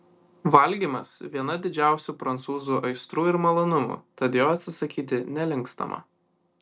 valgymas viena didžiausių prancūzų aistrų ir malonumų tad jo atsisakyti nelinkstama